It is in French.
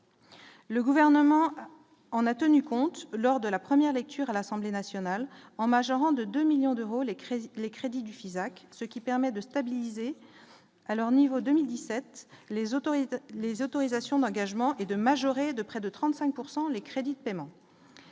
Le gouvernement en a tenu compte lors de la première lecture à l'Assemblée nationale en majorant de 2 millions d'euros les crédits, les crédits du Fisac, ce qui permet de stabiliser à leur niveau de 2017, les autorités les autorisations d'engagement et de majorer de près de 35 pourcent les crédits de paiement.